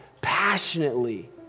passionately